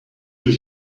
you